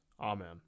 Amen